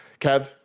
kev